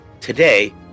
Today